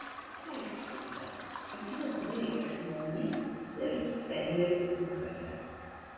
aiškinta kad juos baigę žmonės dirbs fermerių ūkiuose